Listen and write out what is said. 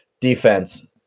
Defense